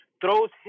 throws